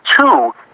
two